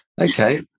Okay